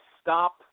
stop